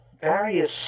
various